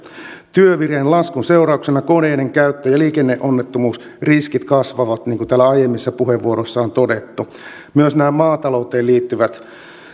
työvireen laskun seurauksena koneiden käyttö ja liikenneonnettomuusriskit kasvavat niin kuin täällä aiemmissa puheenvuoroissa on todettu myös nämä maatalouteen liittyvät